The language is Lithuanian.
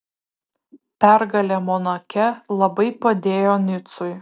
pergalė monake labai padėjo nicui